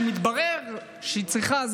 מתברר שהיא צריכה,